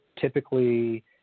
typically